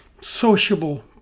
sociable